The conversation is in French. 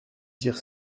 dire